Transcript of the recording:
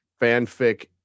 Fanfic